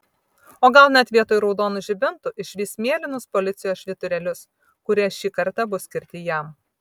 o gal net vietoj raudonų žibintų išvys mėlynus policijos švyturėlius kurie šį kartą bus skirti jam